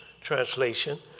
translation